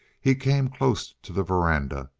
he came close to the veranda,